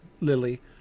Lily